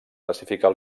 classificar